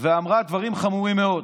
ואמרה דברים חמורים מאוד.